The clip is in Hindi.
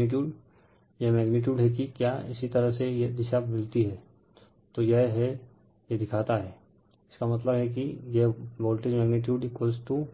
मैग्नीटीयूड यह मैग्नीटीयूड हैं कि क्या इसी तरह से यह दिशा मिलती हैं तो यह हैं यह दिखाता हैंइसका मतलब हैं कि यह वोल्टेज मैग्नीटीयूड